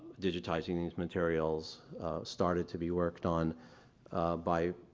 digitizing these materials started to be worked on by